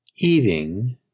Eating